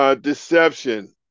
deception